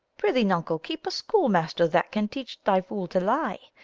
prithee, nuncle, keep a schoolmaster that can teach thy fool to lie.